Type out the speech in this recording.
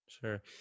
sure